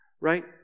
Right